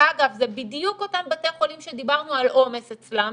שאגב זה בדיוק אותם בתי חולים שדיברנו על עומס אצלם